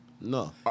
No